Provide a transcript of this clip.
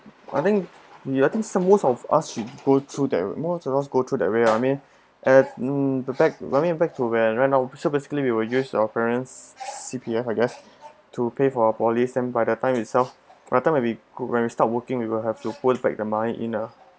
I think ya I think some most of us should go through that most of us go through that way lah I mean at the back I mean back to where ran out so basically we will use our parents C_P_F I guess to pay for our polys and by that time itself that time when we when we start working we will have to put back the money in lah